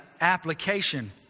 application